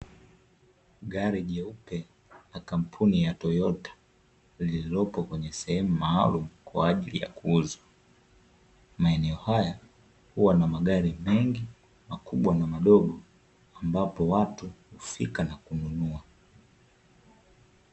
Gari jeupe la kampuni ya toyota lililopo kwenye sehemu maalumu kwaajili ya kuuza, maeneo haya huwa na magari mengi makubwa na madogo ambapo watu hufika na kununua.